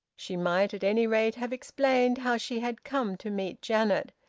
she might at any rate have explained how she had come to meet janet,